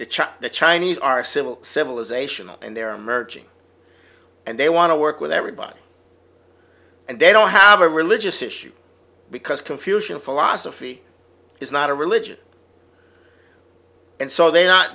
chop the chinese are civil civilization up and they're merging and they want to work with everybody and they don't have a religious issue because confucian philosophy is not a religion and so they're not